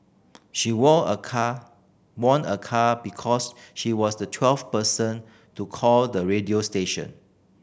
she war a car won a car because she was the twelfth person to call the radio station